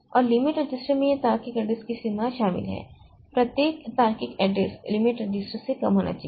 और limit register में यह तार्किक एड्रेस की सीमा शामिल है प्रत्येक तार्किक एड्रेस लिमिट रजिस्टर से कम होना चाहिए